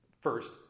first